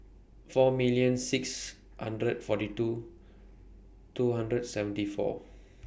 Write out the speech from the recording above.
four million six hundred forty two two hundred seventy four